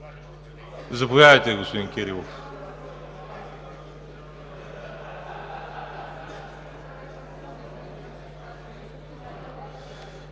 Заповядайте, господин Кирилов.